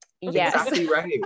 Yes